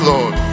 Lord